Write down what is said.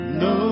no